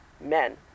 men